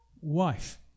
wife